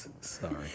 Sorry